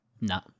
No